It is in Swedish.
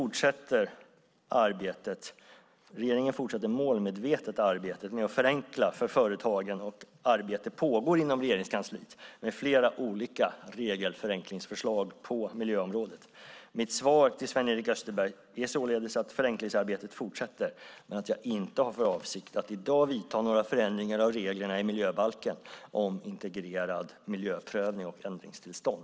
Regeringen fortsätter målmedvetet arbetet med att förenkla för företagen, och arbete pågår inom Regeringskansliet med flera olika regelförenklingsförslag på miljöområdet. Mitt svar till Sven-Erik Österberg är således att förenklingsarbetet fortsätter men att jag inte har för avsikt att i dag vidta några förändringar av reglerna i miljöbalken om integrerad miljöprövning och ändringstillstånd.